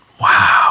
Wow